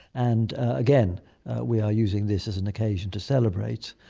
and again we are using this as an occasion to celebrate,